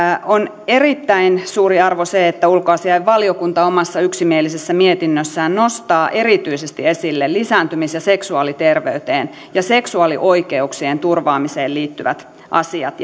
on erittäin suuri arvo se että ulkoasiainvaliokunta omassa yksimielisessä mietinnössään nostaa erityisesti esille lisääntymis ja seksuaaliterveyteen ja seksuaalioikeuksien turvaamiseen liittyvät asiat